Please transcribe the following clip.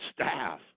staff